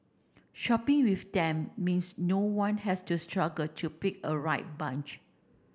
shopping with them means no one has to struggle to pick a right bunch